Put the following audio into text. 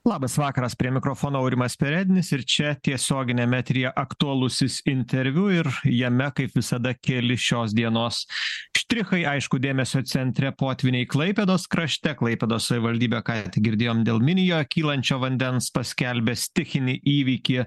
labas vakaras prie mikrofono aurimas perednis ir čia tiesioginiam eteryje aktualusis interviu ir jame kaip visada keli šios dienos štrichai aišku dėmesio centre potvyniai klaipėdos krašte klaipėdos savivaldybė ką girdėjom dėl minijoe kylančio vandens paskelbė stichinį įvykį